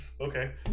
Okay